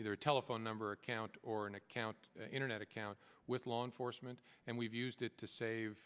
their telephone number account or an account internet account with law enforcement and we've used it to save